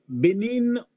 Benin